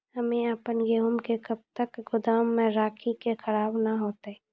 हम्मे आपन गेहूँ के कब तक गोदाम मे राखी कि खराब न हते?